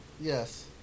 Yes